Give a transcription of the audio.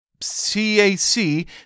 CAC